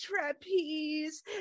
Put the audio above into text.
trapeze